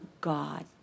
God